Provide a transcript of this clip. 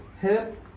Hip